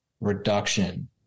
reduction